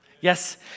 Yes